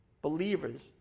believers